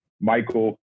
Michael